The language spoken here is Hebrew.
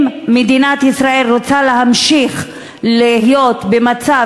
אם מדינת ישראל רוצה להמשיך להיות במצב